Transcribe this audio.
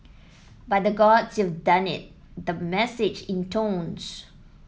by the Gods you've done it the message intones